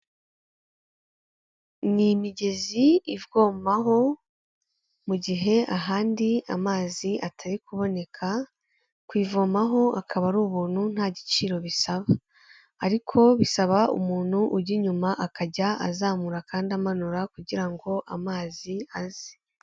Ni imigezi ivwomaho mu gihe ahandi amazi atari kuboneka, kuyivomaho akaba ari ubuntu nta giciro bisaba ariko bisaba umuntu ujya inyuma akajya azamura kandi amanura kugira ngo amazi aze.